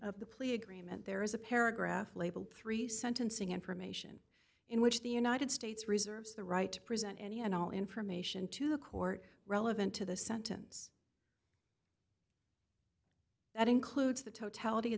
of the plea agreement there is a paragraph labeled three sentencing information in which the united states reserves the right to present any and all information to the court relevant to the sentence that includes the totality of